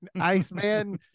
Iceman